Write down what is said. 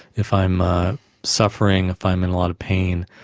if i'm suffering, if i'm in a lot of pain,